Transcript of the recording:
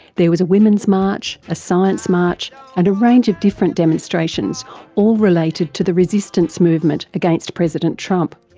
there was a women's march, a science march and a range of different demonstrations all related to the resistance movement against president trump.